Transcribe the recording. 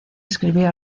escribió